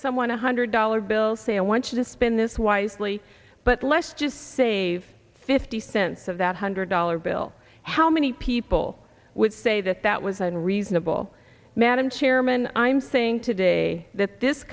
someone a hundred dollar bill say i want you to spend this wisely but let's just save fifty cents of that hundred dollar bill how many people would say that that was unreasonable madam chairman i'm saying today that this